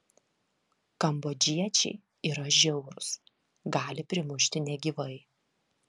kambodžiečiai yra žiaurūs gali primušti negyvai